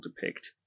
depict